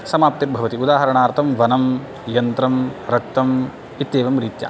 समाप्तिं भवति उदाहरणार्थं वनं यन्त्रं रक्तम् इत्येवं रीत्या